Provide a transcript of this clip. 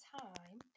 time